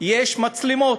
יש מצלמות.